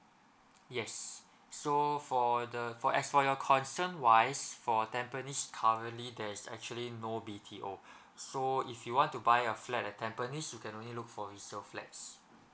yes so for the for as for your concern wise for tampines currently there's actually no B_T_O so if you want to buy a flat at tampines you can only look for resale flats